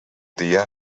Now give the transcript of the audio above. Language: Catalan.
dia